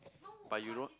but you don't